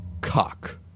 Cock